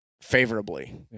favorably